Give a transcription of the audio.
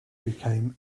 became